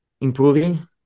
improving